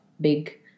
big